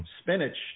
spinach